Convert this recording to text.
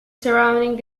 surrounding